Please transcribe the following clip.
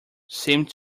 seemed